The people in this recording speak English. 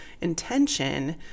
intention